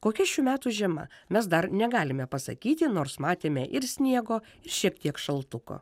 kokia šių metų žiema mes dar negalime pasakyti nors matėme ir sniego ir šiek tiek šaltuko